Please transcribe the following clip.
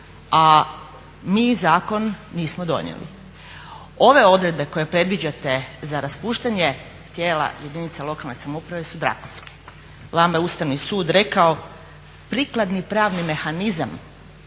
a mi zakon nismo donijeli. Ove odredbe koje predviđate za raspuštanje tijela jedinica lokalne samouprave su drakonske. Vama je Ustavni sud rekao prikladni pravni mehanizam,